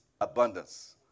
abundance